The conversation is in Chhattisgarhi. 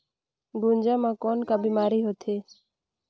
गुनजा मा कौन का बीमारी होथे?